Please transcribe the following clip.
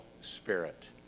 spirit